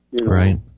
Right